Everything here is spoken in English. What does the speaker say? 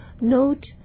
note